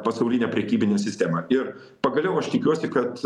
pasaulinę prekybinę sistemą ir pagaliau aš tikiuosi kad